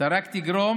רק תגרום